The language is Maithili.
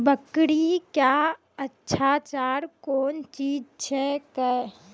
बकरी क्या अच्छा चार कौन चीज छै के?